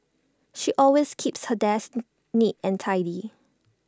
she always keeps her desk neat and tidy